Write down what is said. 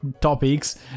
topics